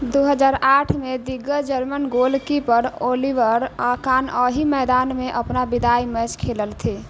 दू हजार आठमे दिग्गज जर्मन गोलकीपर ओलिवर आ कान एहि मैदानमे अपना विदाइ मैच खेललथि